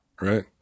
right